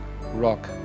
rock